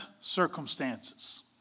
circumstances